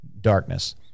darkness